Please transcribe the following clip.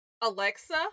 Alexa